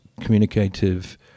communicative